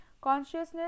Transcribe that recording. Consciousness